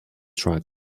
track